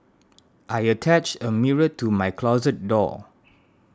I attached a mirror to my closet door